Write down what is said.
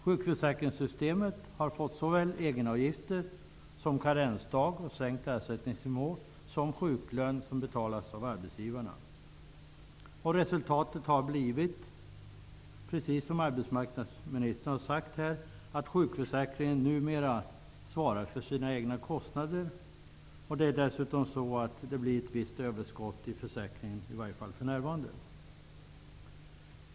Sjukförsäkringssystemet har fått såväl egenavgifter som karensdag, sänkt ersättningsnivå och sjuklön som betalas av arbetsgivarna. Resultatet har blivit, precis som arbetsmarknadsministern har sagt, att sjukförsäkringen numera svarar för sina egna konstnader. Dessutom blir det ett visst överskott, i alla fall för närvarande.